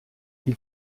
die